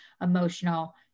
emotional